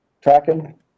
tracking